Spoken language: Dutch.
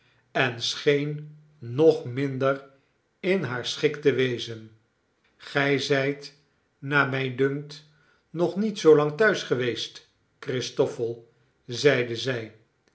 en scheen nog minder in haar schik te wezen gij zijt naar mij dunkt nog niet zoolang thuis geweest christoffel zeide zij